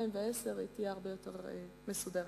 ב-2010 תהיה הרבה יותר מסודרת.